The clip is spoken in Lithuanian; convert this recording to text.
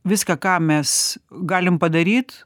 viską ką mes galim padaryt